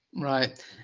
Right